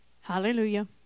Hallelujah